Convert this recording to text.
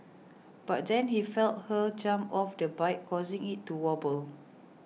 but then he felt her jump off the bike causing it to wobble